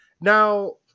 Now